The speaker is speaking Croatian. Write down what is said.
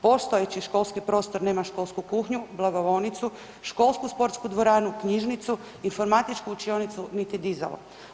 Postojeći školski prostor nema školsku kuhinju, blagovaonicu, školsku sportsku dvoranu, knjižnicu, informatičku učionicu niti dizalo.